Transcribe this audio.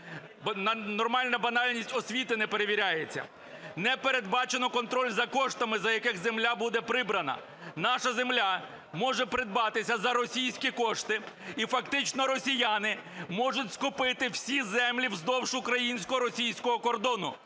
Нормальна банальність, освіта не перевіряється. Не передбачено контроль за коштами, за яких земля буде придбана. Наша земля може придбатися за російські кошти, і, фактично, росіяни можуть скупити всі землі вздовж українсько-російського кордону.